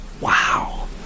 Wow